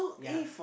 ya